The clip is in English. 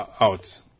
out